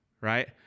right